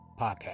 Podcast